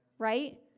right